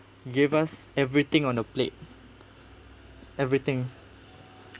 gave us everything on the plate everything